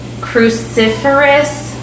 cruciferous